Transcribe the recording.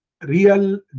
real